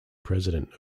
president